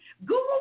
Google